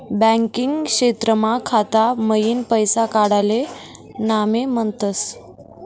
banking क्षेत्रमा खाता मईन पैसा काडाले नामे म्हनतस